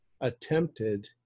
attempted